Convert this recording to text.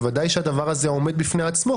בוודאי שהדבר הזה עומד בפני עצמו,